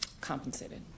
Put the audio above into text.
compensated